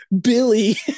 billy